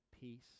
peace